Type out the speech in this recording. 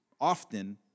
often